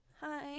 Hi